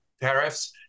tariffs